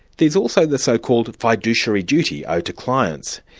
there's also the so-called fiduciary duty owed to clients.